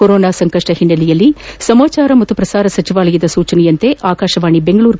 corona ಸಂಕಷ್ಷದ ಹಿನ್ನೆಲೆಯಲ್ಲಿ ಸಮಾಚಾರ ಮತ್ತು ಪ್ರಸಾರ ಸಚಿವಾಲಯದ ಸೂಚನೆಯಂತೆ ಆಕಾಶವಾಣಿ ಬೆಂಗಳೂರು